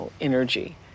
energy